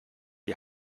die